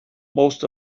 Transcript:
most